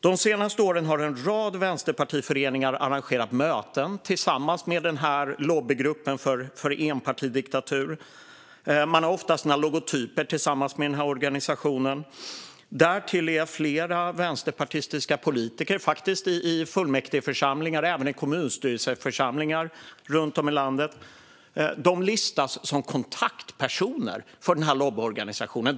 De senaste åren har en rad vänsterpartiföreningar arrangerat möten tillsammans med lobbygruppen för en enpartidiktatur. Man har oftast logotyper tillsammans med organisationen. Därtill listas flera vänsterpartistiska politiker i fullmäktigeförsamlingar och även i kommunstyrelseförsamlingar runt om i landet som kontaktpersoner för lobbyorganisationen.